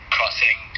Crossing